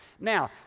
Now